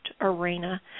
arena